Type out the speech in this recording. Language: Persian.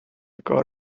کار